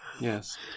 Yes